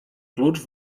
klucz